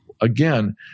again